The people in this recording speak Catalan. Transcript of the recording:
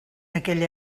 aquella